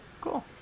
Cool